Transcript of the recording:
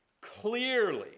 clearly